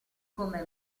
come